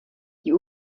die